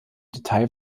detail